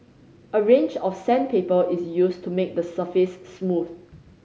a range of sandpaper is used to make the surface smooth